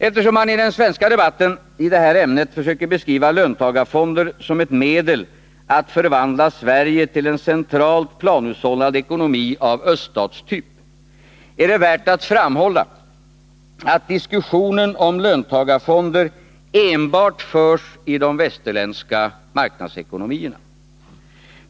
Eftersom man i den svenska debatten i det här ämnet försöker beskriva löntagarfonder som ett medel att förvandla Sverige till en centralt planhushållad ekonomi av öststatstyp, är det värt att framhålla att diskussionen om löntagarfonder enbart förs i de västerländska marknadsekonomierna.